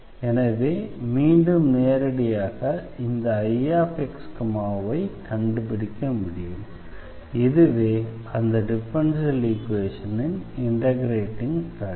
எனவே மீண்டும் நேரடியாக இந்த Ixyஐ கண்டுபிடிக்க முடியும் இதுவே அந்த டிஃபரன்ஷியல் ஈக்வேஷனின் இண்டெக்ரேட்டிங் ஃபேக்டர்